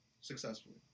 successfully